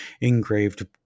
engraved